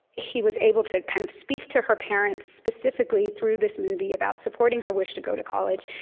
he was able to kind of speak to her parents, specifically, through this movie, about supporting her wish to go to college.